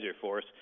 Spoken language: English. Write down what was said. force